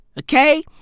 okay